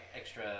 extra